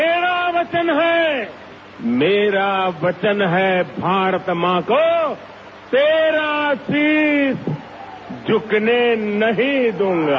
मेरा वचन हैं मेरा वचन हैं भारत मां को तेरा शीश झुकने नहीं दूंगा